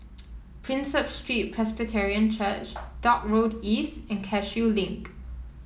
Prinsep Street Presbyterian Church Dock Road East and Cashew Link